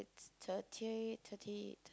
it's thirty thirty